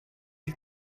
die